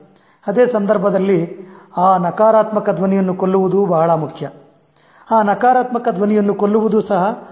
ಅದೇ ಸಂದರ್ಭದಲ್ಲಿ ಆ ನಕಾರಾತ್ಮಕ ಧ್ವನಿಯನ್ನು ಕೊಲ್ಲುವುದು ಬಹಳ ಮುಖ್ಯ ಆ ನಕಾರಾತ್ಮಕ ಧ್ವನಿಯನ್ನು ಕೊಲ್ಲುವುದು ಸಹ ಅತ್ಯಗತ್ಯ